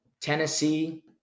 Tennessee